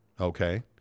Okay